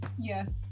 Yes